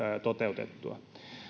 toteutetuiksi